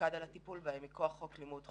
הופקד על הטיפול מכוח חוק לימוד חובה,